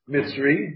Mitzri